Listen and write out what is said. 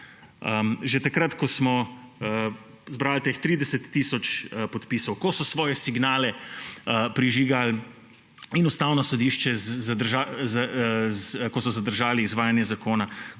že takrat ko smo zbrali teh 30 tisoč podpisov, ko so svoje signale prižigali Ustavno sodišče, ko so zadržali izvajanje zakona,